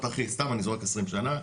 וסתם אני זורק 20 שנה,